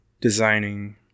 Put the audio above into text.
designing